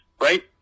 right